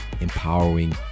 empowering